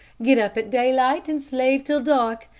get up at daylight and slave till dark.